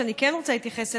שאני כן רוצה להתייחס אליו,